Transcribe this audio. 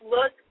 Look